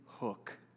hook